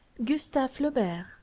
gustave flaubert,